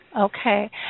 Okay